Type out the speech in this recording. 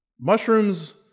mushrooms